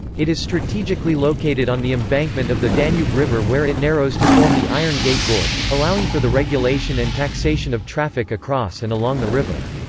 it is strategically located on the embankment of the danube river where it narrows to form the iron gate gorge, allowing for the regulation and taxation of traffic across and along the river.